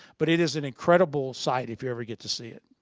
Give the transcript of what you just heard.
but it is an incredible sight, if you ever get to see it.